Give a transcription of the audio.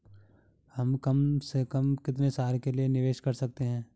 हम कम से कम कितने साल के लिए निवेश कर सकते हैं?